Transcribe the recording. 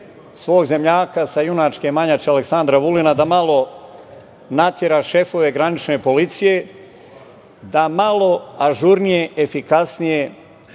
svog zemljaka sa junačke Manjače, Aleksandra Vulina, da natera šefove granične policije da malo ažurnije, efikasnije,